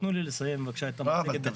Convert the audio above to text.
תנו לי בבקשה לסיים את המצגת,